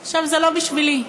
עכשיו, זה לא בשבילי.